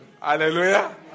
Hallelujah